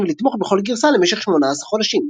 ולתמוך בכל גרסה למשך 18 חודשים.